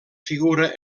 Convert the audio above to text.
figura